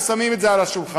ושמים את זה על השולחן.